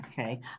Okay